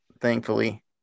thankfully